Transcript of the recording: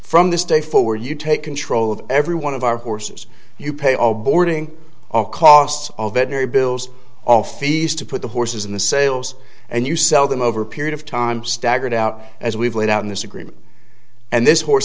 from this day forward you take control of every one of our horses you pay all boarding all costs of energy bills all fees to put the horses in the sales and you sell them over a period of time staggered out as we've laid out in this agreement and this horse